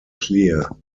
clear